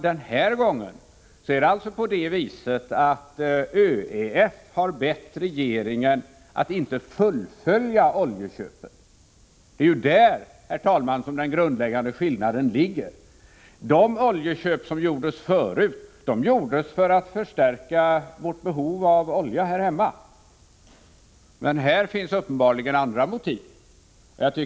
Den här gången har ÖEF däremot bett regeringen att inte fullfölja oljeköpen. Det är här den grundläggande skillnaden ligger. De oljeköp som gjordes förut gjordes för att förstärka våra lager av olja här hemma, men nu finns uppenbarligen andra motiv.